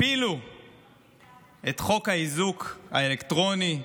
הפילו את חוק האיזוק האלקטרוני,